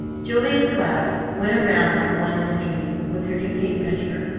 julia cloud went around like one in a dream with her new tape-measure,